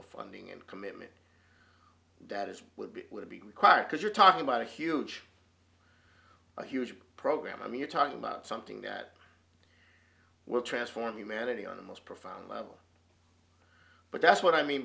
of funding and commitment that is would be would be required because you're talking about a huge huge program i mean you're talking about something that we're transforming managing on the most profound level but that's what i mean